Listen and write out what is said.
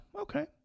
okay